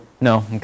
No